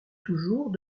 toujours